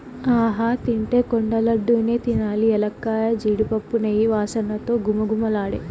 ఆహా తింటే కొండ లడ్డూ నే తినాలి ఎలక్కాయ, జీడిపప్పు, నెయ్యి వాసనతో ఘుమఘుమలాడే